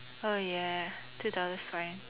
oh ya two dollar's fine